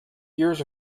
years